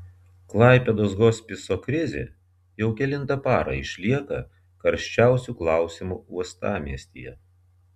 klaipėdos hospiso krizė jau kelintą parą išlieka karščiausiu klausimu uostamiestyje